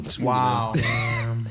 Wow